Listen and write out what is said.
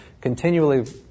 continually